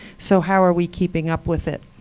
so how are we keeping up with it?